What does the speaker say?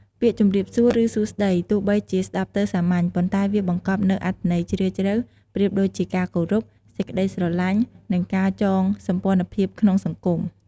ពាក្យ “ជម្រាបសួរ” ឬ “សួស្តី” ទោះបីជាស្ដាប់ទៅសាមញ្ញ ប៉ុន្តែវាបង្កប់នូវអត្ថន័យជ្រាលជ្រៅប្រៀបដូចការគោរព សេចក្តីស្រឡាញ់ និងការចងសម្ព័ន្ធភាពក្នុងសង្គម។